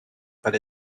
but